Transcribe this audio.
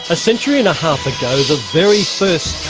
a century and a half ago the very first